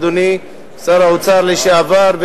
אדוני שר האוצר לשעבר,